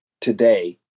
today